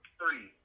three